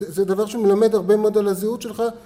זה דבר שמלמד הרבה מאוד על הזהות שלך